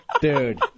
Dude